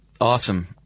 awesome